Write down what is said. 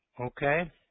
Okay